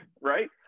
right